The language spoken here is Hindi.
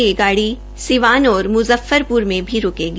ये गाड़ी सिवार और मुजफ्फरपुर में भी रूकेगी